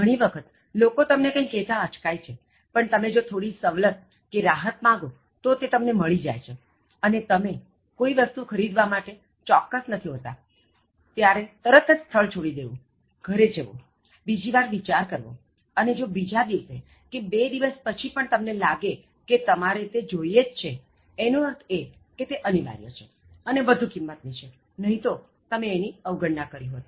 ઘણી વખત લોકો તમને કંઇ કહેતા અચકાય છે પણ તમે જો થોડી સવલત કે રાહત માંગો તો તે તમને મળી જાય છે અને તમે કોઇ વસ્તુ ખરીદવા માટે ચોક્કસ નથી હોતાતરત જ સ્થળ છોડી દેવું ઘરે જવું અને બીજી વાર વિચાર કરવો અને જો બીજા દિવસે કે બે દિવસ પછી તમને લાગે કે તમારે તે જોઇએ જ છે એનો અર્થ એ કે તે અનિવાર્ય છે અને વધુ કિમત ની છેનહિ તો તમે તેની અવગણના કરી હોત